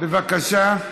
בבקשה.